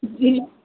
जी